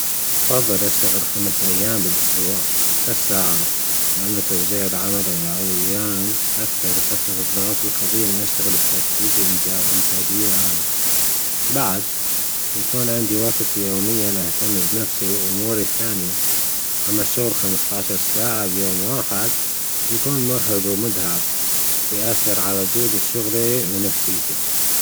أفضل أشتغل خمس أيام بالاسبوع ثلاث ساعات لان توزيع العمل على عدد الايام أكتر يخفف الضغط ويخلينى أشتغل بتركيز وأنتاجية أعلى بعد بيكون عندى وجت يوميا أهتم بنفسى وأمور الثانية أما الشغل خمستاشر ساعة بيوم واحد بيكون مرهق ومتعب ويأثر على جودة شغلى ونفسيتى